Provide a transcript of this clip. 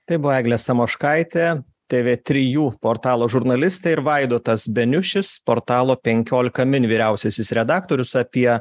tai buvo eglė samoškaitė tv trijų portalo žurnalistė ir vaidotas beniušis portalo penikiolika min vyriausiasis redaktorius apie